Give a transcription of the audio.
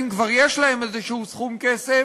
אם כבר יש להם איזשהו סכום כסף,